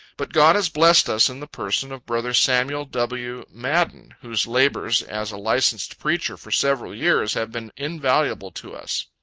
but god has blessed us in the person of brother samuel w. madden, whose labors as a licensed preacher for several years have been invaluable to us.